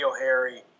Harry